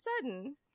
sudden